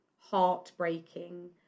heartbreaking